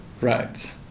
right